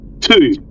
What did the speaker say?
Two